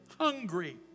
hungry